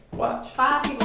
watch. five